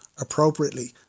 appropriately